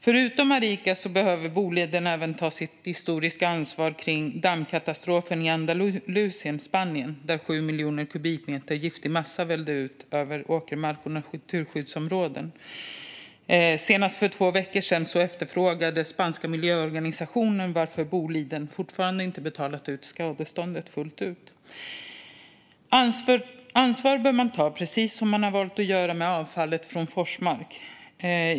Förutom när det gäller Arica behöver Boliden även ta sitt historiska ansvar för dammkatastrofen i Andalusien i Spanien, där 7 miljoner kubikmeter giftig massa vällde ut över åkermark och naturskyddsområden. Senast för två veckor sedan frågade spanska miljöorganisationer varför Boliden fortfarande inte betalat skadeståndet fullt ut. Ansvar bör man ta, precis som man valt att göra med avfallet från Forsmark.